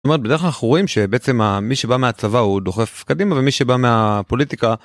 בדרך כלל אנחנו רואים, שבעצם, מי שבא מהצבא הוא דוחף קדימה, ומי שבא מהפוליטיקה...